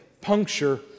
puncture